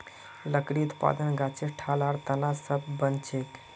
लकड़ी उत्पादन गाछेर ठाल आर तना स बनछेक